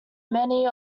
many